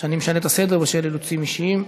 שאני משנה את הסדר בשל אילוצים אישיים.